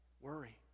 worry